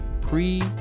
pre